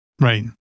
Right